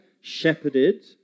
shepherded